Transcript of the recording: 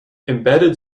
embedded